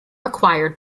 acquired